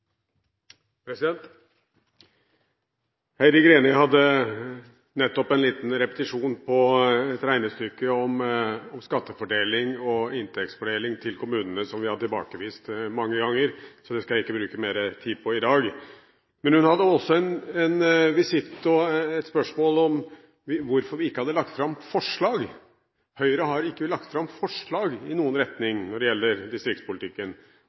annet. Heidi Greni hadde nettopp en liten repetisjon av et regnestykke om skattefordeling og inntektsfordeling til kommunene som vi har tilbakevist mange ganger, så det skal jeg ikke bruke mer tid på i dag. Men hun hadde også et spørsmål om hvorfor vi ikke har lagt fram forslag – Høyre har ikke lagt fram forslag i noen retning når det gjelder distriktspolitikken.